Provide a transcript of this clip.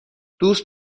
دوست